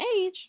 age